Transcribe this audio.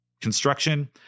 construction